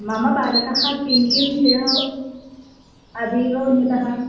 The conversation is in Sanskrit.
मम बालकः किं किं विषये अतीव उन्नतः